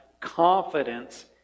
confidence